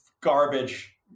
garbage